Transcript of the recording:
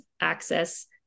access